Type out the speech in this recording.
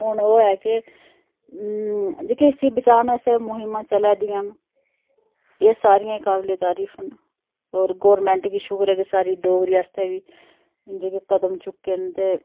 हून ओह ऐ के जेह्के इसी बचाने आस्तै मोहिमां चला दियां न एह् सारियां काबिले तारीफ न होर गोरमैंट गी शुक्र ऐ जे साढ़ी डोगरी आस्तै बी जेह्के कदम चुक्के न ते